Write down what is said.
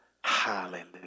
Hallelujah